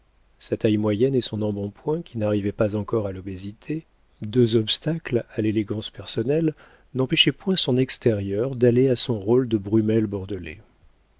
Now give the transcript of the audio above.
sa taille moyenne et son embonpoint qui n'arrivait pas encore à l'obésité deux obstacles à l'élégance personnelle n'empêchaient point son extérieur d'aller à son rôle de brummel bordelais